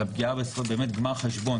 על הפגיעה בזכות לגמר חשבון,